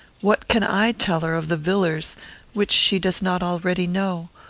what can i tell her of the villars which she does not already know,